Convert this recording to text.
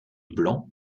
blanc